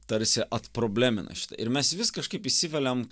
tarsi atproblemina šitą ir mes vis kažkaip įsiveliam